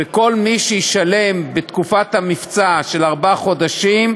וכל מי שישלם בתקופת המבצע, במשך ארבעה חודשים,